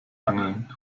angeln